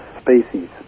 species